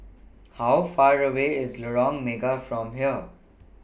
How Far away IS The Lorong Mega from here